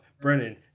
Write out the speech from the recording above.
Brennan